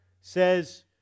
says